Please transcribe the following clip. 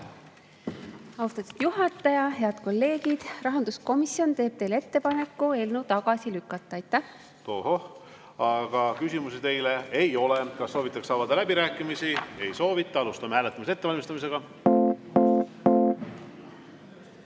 Austatud juhataja! Head kolleegid! Rahanduskomisjon teeb teile ettepaneku eelnõu tagasi lükata. Tohoh! Aga küsimusi teile ei ole. Kas soovitakse avada läbirääkimisi? Ei soovita. Alustame hääletamise ettevalmistamist.